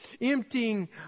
emptying